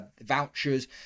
vouchers